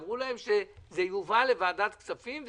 אמרו להם שזה יובא לוועדת הכספים,